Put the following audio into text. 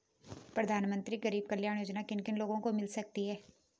प्रधानमंत्री गरीब कल्याण योजना किन किन लोगों को मिल सकती है?